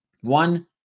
One